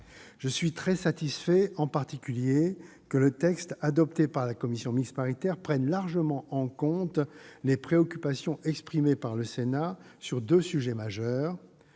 Je suis très satisfait, en particulier, que le texte adopté par la commission mixte paritaire prenne largement en compte les préoccupations exprimées par le Sénat sur deux sujets majeurs